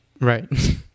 right